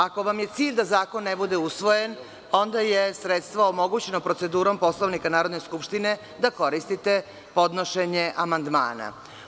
Ako vam je cilj da zakon ne bude usvojen, onda je sredstvo omogućeno procedurom Poslovnika Narodne skupštine da koristite podnošenjem amandmana.